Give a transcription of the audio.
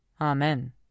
Amen